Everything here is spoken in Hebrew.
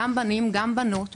גם בנים וגם בנות,